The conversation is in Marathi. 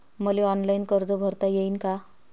मले ऑनलाईन कर्ज भरता येईन का?